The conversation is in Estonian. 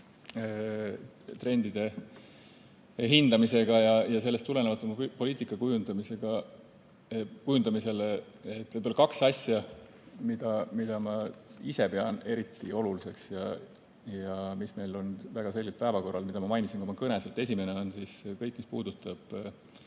trendide hindamisele ja sellest tulenevalt oma poliitika kujundamisele võib-olla kaks asja, mida ma ise pean eriti oluliseks ja mis meil on väga selgelt päevakorral. Ma mainisin neid ka oma kõnes. Esimene on kõik, mis puudutab